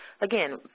Again